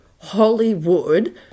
Hollywood